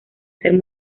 ser